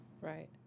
Right